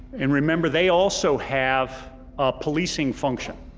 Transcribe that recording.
and remember they also have a policing function.